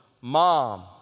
mom